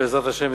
בעזרת השם,